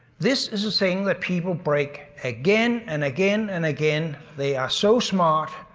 this is a saying that people break again and again and again they are so smart,